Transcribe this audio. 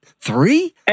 Three